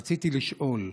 רציתי לשאול: